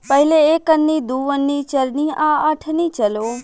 पहिले एक अन्नी, दू अन्नी, चरनी आ अठनी चलो